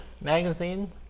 magazine